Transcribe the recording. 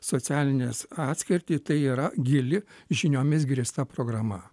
socialines atskirtį tai yra gili žiniomis grįsta programa